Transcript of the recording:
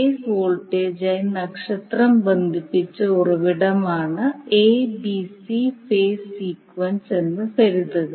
face വോൾട്ടേജുമായി നക്ഷത്രം ബന്ധിപ്പിച്ച ഉറവിടമാണ് A B C phase sequence എന്ന് കരുതുക